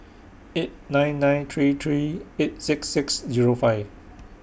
eight nine nine three three eight six six Zero five